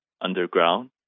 underground